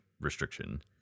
restriction